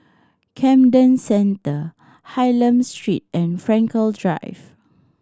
Camden Centre Hylam Street and Frankel Drive